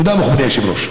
תודה, מכובדי היושב-ראש.